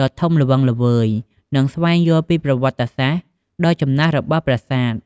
ដ៏ធំល្វឹងល្វើយ និងស្វែងយល់ពីប្រវត្តិសាស្រ្តដ៏ចំណាស់របស់ប្រាសាទ។